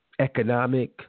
economic